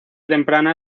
temprana